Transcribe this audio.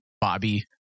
Bobby